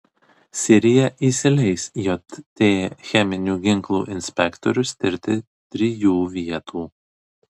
sirija įsileis jt cheminių ginklų inspektorius tirti trijų vietų